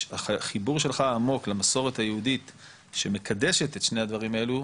החיבור שלך העמוק למסורת היהודית שמקדשת את שני הדברים האלו,